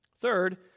Third